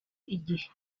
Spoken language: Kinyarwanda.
igihe